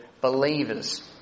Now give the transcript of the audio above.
believers